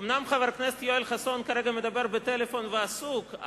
אומנם חבר הכנסת יואל חסון מדבר כרגע בפלאפון ועסוק,